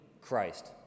Christ